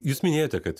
jūs minėjote kad